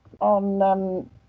on